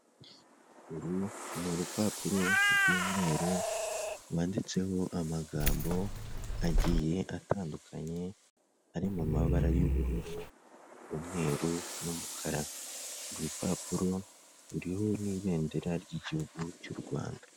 Uru ni urupapuro rw'umweru, rwanditseho amagambo agiye atandukanye, ari mu mabara y'ubururu, umweruru n'umukara, urupapuro ruriho n'ibendera ry'igihugu cy'u Rwanda.